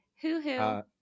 Hoo-hoo